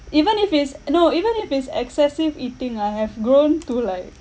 even if it's no even if it's excessive eating ah I've grown to like